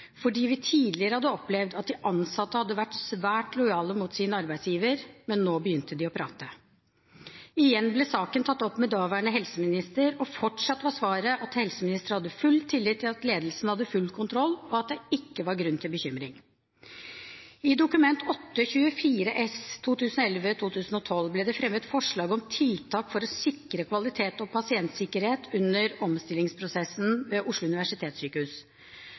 fordi vi tidligere hadde opplevd at de ansatte hadde vært svært lojale mot sin arbeidsgiver. Men nå begynte de å prate. Igjen ble saken tatt opp med daværende helseminister, og fortsatt var svaret at helseministeren hadde full tillit til at ledelsen hadde full kontroll, og at det ikke var grunn til bekymring. I Dokument 8:24 S for 2011–2012 ble det fremmet forslag om tiltak for å sikre kvalitet og pasientsikkerhet under omstillingsprosessen ved Oslo universitetssykehus.